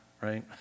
right